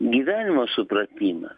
gyvenimo supratimas